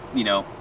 you know,